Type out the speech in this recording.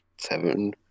Seven